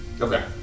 Okay